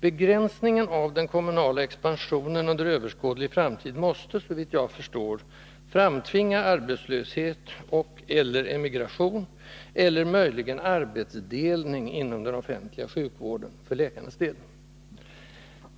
Begränsningen av den kommunala expansionen under överskådlig framtid måste, såvitt jag förstår, för läkarnas del framtvinga arbetslöshet och/eller emigration eller möjligen arbetsdelning inom den offentliga sjukvården.